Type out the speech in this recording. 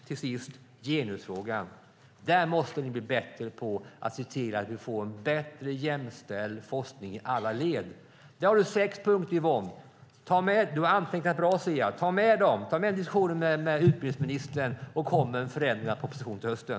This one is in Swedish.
Till sist genusfrågan: Där måste vi bli bättre på att se till att vi får en mer jämställd forskning i alla led. Där har du sex punkter, Yvonne. Du har antecknat bra, ser jag. Ta med dem! Ta diskussionen med utbildningsministern och kom med en förändrad proposition till hösten!